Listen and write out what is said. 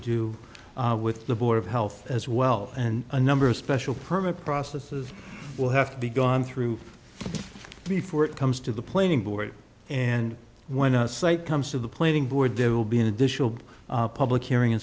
do with the board of health as well and a number of special permit processes will have to be gone through before it comes to the planning board and when a site comes to the planning board there will be an additional public hearing